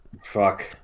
Fuck